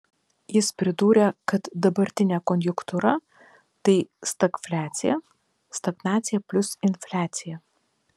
jis pridūrė kad dabartinė konjunktūra tai stagfliacija stagnacija plius infliacija